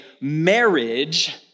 marriage